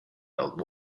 old